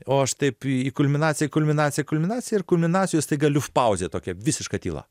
o aš taip į kulminaciją į kulminaciją į kulminaciją ir kulminacijos tai galiu pauzė tokia visiška tyla